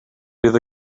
bydd